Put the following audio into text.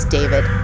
David